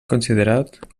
considerat